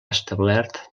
establert